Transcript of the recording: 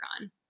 on